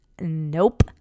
Nope